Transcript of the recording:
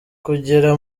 kugera